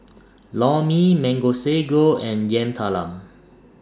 Lor Mee Mango Sago and Yam Talam